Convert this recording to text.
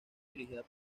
dirigida